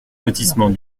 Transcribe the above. lotissement